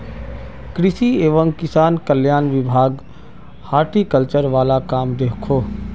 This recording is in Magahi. कृषि एवं किसान कल्याण विभाग हॉर्टिकल्चर वाल काम दखोह